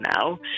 now